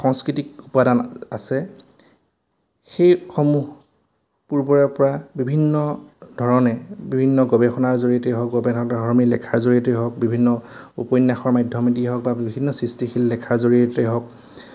সংস্কৃতিক উপাদান আছে সেইসমূহ পূৰ্বৰেপৰা বিভিন্ন ধৰণে বিভিন্ন গৱেষণাৰ জৰিয়তেই হওক গৱেষণাধৰ্মী লেখাৰ জৰিয়তে হওক বিভিন্ন উপন্যাসৰ মাধ্যমেদিয়েই হওক বা বিভিন্ন সৃষ্টিশীল লেখাৰ জৰিয়তেই হওক